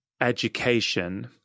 education